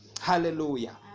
Hallelujah